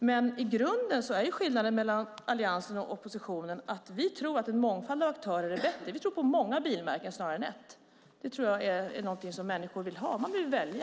Men i grunden är skillnaden mellan Alliansen och oppositionen att vi tror att en mångfald av aktörer är bättre. Vi tror på många bilmärken snarare än ett. Det tror jag är något som människor vill ha. Man vill välja.